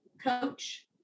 coach